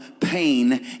pain